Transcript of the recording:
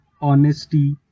honesty